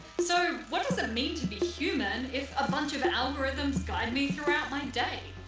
so, what does it mean to be human if a bunch of algorithms guide me through my day?